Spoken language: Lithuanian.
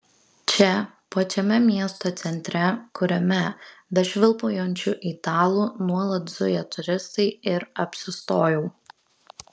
čia pačiame miesto centre kuriame be švilpaujančių italų nuolat zuja turistai ir apsistojau